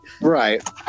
Right